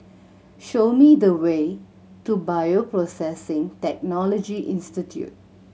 show me the way to Bioprocessing Technology Institute